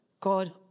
God